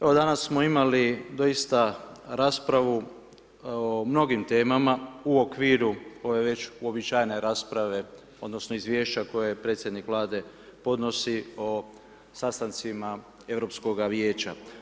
Evo danas smo imali doista raspravu o mnogim temama u okviru ove već uobičajene rasprave odnosno Izvješća koje predsjednik Vlade podnosi o sastancima Europskoga vijeća.